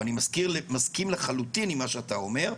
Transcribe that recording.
אבל אני מסכים לחלוטין עם מה שאתה אומר.